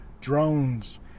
drones